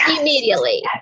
immediately